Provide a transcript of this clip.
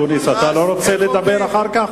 חבר כנסת אקוניס, אתה לא רוצה לדבר אחר כך?